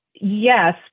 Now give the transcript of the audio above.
yes